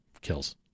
kills